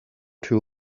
too